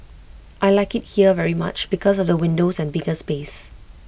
I Like IT here very much because of the windows and bigger space